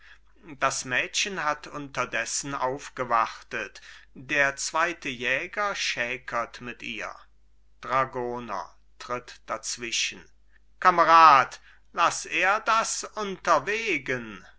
das mädchen hat unterdessen aufgewartet der zweite jäger schäkert mit ihr dragoner tritt dazwischen kamerad laß er das unterwegen